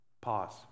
Pause